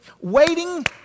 waiting